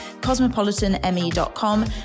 cosmopolitanme.com